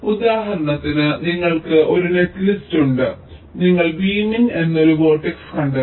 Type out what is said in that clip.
ഉദാഹരണത്തിന് നിങ്ങൾക്ക് ഒരു നെറ്റ്ലിസ്റ്റ് ഉണ്ട് നിങ്ങൾ V min എന്ന ഒരു വെർട്ടെക്സ് കണ്ടെത്തി